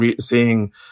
seeing